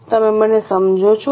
તમે મને સમજો છો